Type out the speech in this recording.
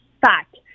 Fact